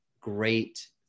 great